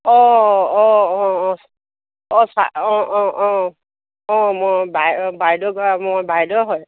অঁ অঁ অঁ অঁ অঁ অঁ অঁ অঁ অঁ মই বাই বাইদেউ মই বাইদেউ হয়